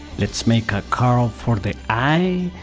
let's make a curl for the eye,